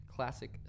Classic